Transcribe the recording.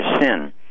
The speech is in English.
sin